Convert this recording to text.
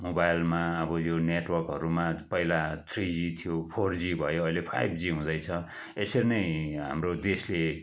मोबाइलमा अब यो नेटवर्कहरूमा पहिला थ्री जी थियो फोर जी भयो अहिले फाइभ जी हुँदैछ यसरी नै हाम्रो देशले